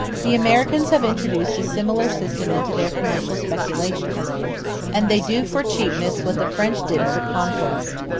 the americans have introduced a similar system into their commercial speculations and they do for cheapness what the french did for conquest.